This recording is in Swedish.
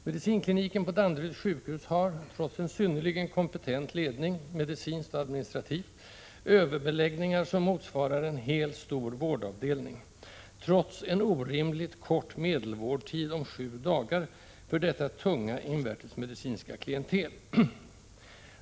Medicinkliniken på Danderyds sjukhus har — trots en synnerligen kompetent medicinsk och administrativ ledning — överbeläggningar som motsvarar en hel stor vårdavdelning — trots en orimligt kort medelvårdtid om sju dagar för detta tunga invärtes medicinska klientel.